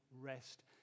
rest